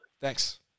thanks